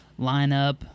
lineup